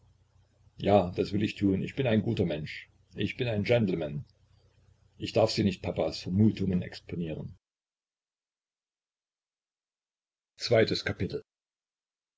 ja das will ich tun ich bin ein guter mensch ich bin ein gentleman ich darf sie nicht papas vermutungen exponieren